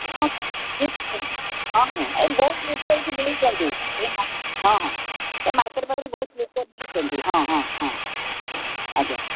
ହଁ ହଁ ଠିକ୍ ଅଛି ହଁ ହଁ ଏହି ବହୁତ ଲୋକ ଏଇଠି ନେଇଛନ୍ତି ଏମାନେ ହଁ ହଁ ଏହି ମାର୍କେଟ୍ ପାଖରେ ବି ବହୁତ ଲୋକ ନେଇଛନ୍ତି ହଁ ହଁ ହଁ ଆଜ୍ଞା